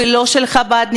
ולא של חב"דניקים,